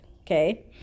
okay